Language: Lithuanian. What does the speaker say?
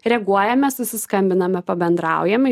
reaguojame susiskambiname pabendraujame